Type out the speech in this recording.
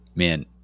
Man